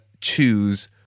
choose